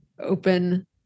open